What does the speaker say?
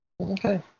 Okay